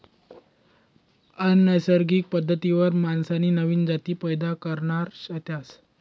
अनैसर्गिक पद्धतवरी मासासनी नवीन जाती पैदा करणार शेतस